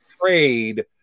trade